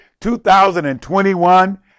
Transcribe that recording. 2021